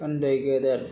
उन्दै गेदेर